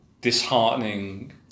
disheartening